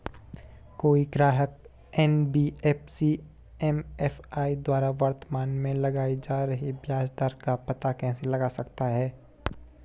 कोई ग्राहक NBFC MFI द्वारा वर्तमान में लगाए जा रहे ब्याज दर का पता कैसे लगा सकता है?